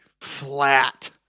flat